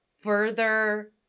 further